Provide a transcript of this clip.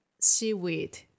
seaweed